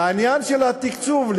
לעניין של התקצוב,